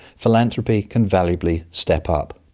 philanthropy can valuably step up.